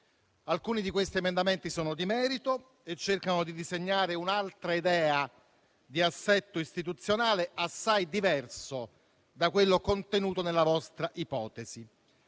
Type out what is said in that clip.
alcuni dei quali sono di merito e cercano di disegnare un'altra idea di assetto istituzionale, assai diversa da quella contenuta nella vostra ipotesi;